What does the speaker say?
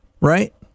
Right